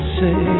say